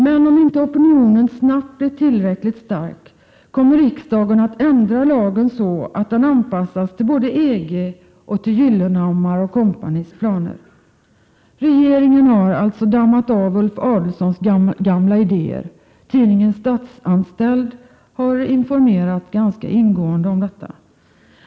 Men om inte opinionen snabbt blir tillräckligt stark kommer riksdagen att ändra lagen så, att den anpassas både till EG och till Gyllenhammar & Co:s planer. Regeringen har alltså, som tidningen Statsanställd informerat ganska ingående om, dammat av Ulf Adelsohns gamla idéer.